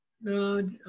No